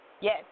Yes